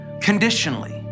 conditionally